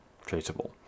traceable